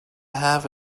have